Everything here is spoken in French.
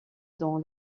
dans